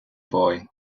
boy